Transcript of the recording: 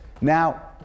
Now